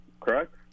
correct